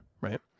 right